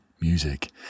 Music